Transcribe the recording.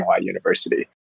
University